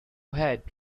head